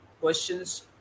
questions